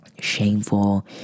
shameful